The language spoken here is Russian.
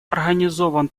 организован